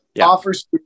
offer's